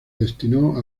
destinó